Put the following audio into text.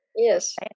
Yes